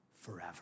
forever